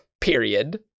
period